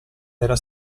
era